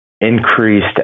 increased